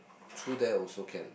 true there also can